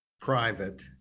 private